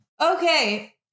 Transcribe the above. Okay